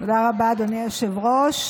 תודה רבה, אדוני היושב-ראש,